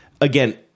Again